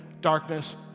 darkness